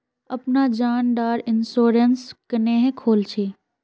अपना जान डार इंश्योरेंस क्नेहे खोल छी?